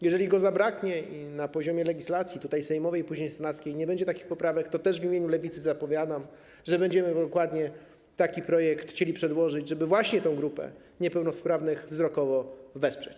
Jeżeli go zabraknie na poziomie legislacji sejmowej, a później senackiej i nie będzie takich poprawek, to w imieniu Lewicy zapowiadam, że będziemy dokładnie taki projekt chcieli przedłożyć, żeby właśnie tę grupę niepełnosprawnych wzrokowo wesprzeć.